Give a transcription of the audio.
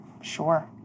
Sure